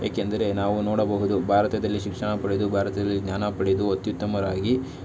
ಏಕೆಂದರೆ ನಾವು ನೋಡಬಹುದು ಭಾರತದಲ್ಲಿ ಶಿಕ್ಷಣ ಪಡೆದು ಭಾರತದಲ್ಲಿ ಜ್ಞಾನ ಪಡೆದು ಅತ್ಯುತ್ತಮರಾಗಿ